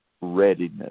readiness